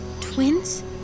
Twins